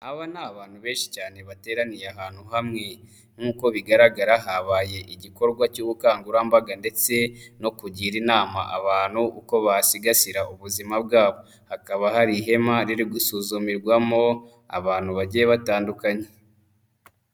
Aba ni abantu benshi cyane bateraniye ahantu hamwe, nk'uko bigaragara habaye igikorwa cy'ubukangurambaga ndetse no kugira inama abantu uko basigasira ubuzima bwabo, hakaba hari ihema riri gusuzumirwamo abantu bagiye batandukanye.